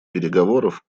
переговоров